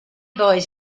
boys